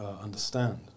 understand